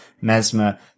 mesmer